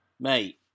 Mate